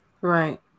right